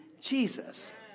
Jesus